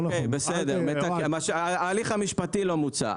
אוקיי, ההליך המשפטי לא מוצה.